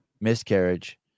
miscarriage